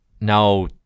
Now